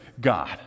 God